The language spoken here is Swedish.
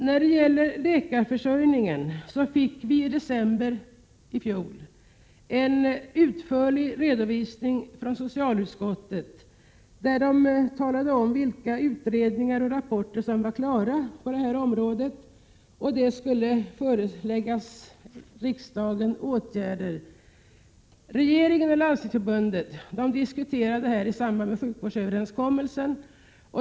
När det gäller läkarförsörjningen fick vi i december i fjol en utförlig redovisning från socialutskottet av vilka utredningar och rapporter på detta område som var klara och med anledning av vilka riksdagen skulle föreläggas förslag om åtgärder. Regeringen och Landstingsförbundet diskuterar denna fråga i samband med sjukvårdsöverenskommelsen.